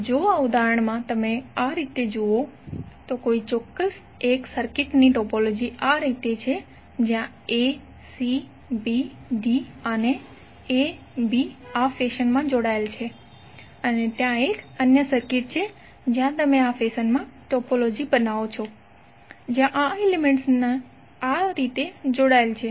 તો જો આ ઉદાહરણમાં જો તમે આ જુઓ તો કોઈ એક ચોક્ક્સ સર્કિટની ટોપોલોજી આ રીતે છે જ્યાં a c b d અને a b આ ફેશન માં જોડાયેલા છે અને ત્યાં એક અન્ય સર્કિટ છે જ્યાં તમે આ ફેશનમાં ટોપોલોજી બનાવો છો જ્યાં આ એલિમેન્ટ્સ આ રીતે જોડાયેલ છે